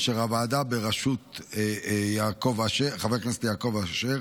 אשר הוועדה בראשות חבר הכנסת יעקב אשר